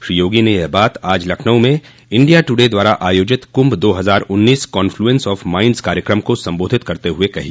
श्री योगी न यह बात आज लखनऊ में इंडिया दुडे द्वारा आयोजित कुंभ दो हजार उन्नीस कॉन्फ्लुएन्स ऑफ माइन्ड्स कार्यकम को सम्बोधित करते हुए कही